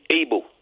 able